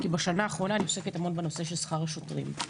כי בשנה האחרונה אני עוסקת המון בנושא של שכר השוטרים.